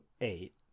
eight